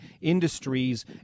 industries